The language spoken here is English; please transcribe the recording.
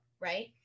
Right